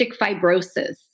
fibrosis